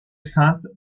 sainte